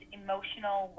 emotional